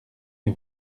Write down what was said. les